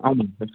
ஆமாம்ங்க சார்